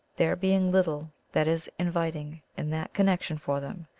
there being little that is invit ing in that connection for them,